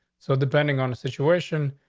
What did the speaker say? so depending on the situation,